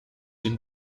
den